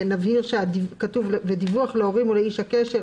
כתוב "ודיווח להורים או לאיש הקשר",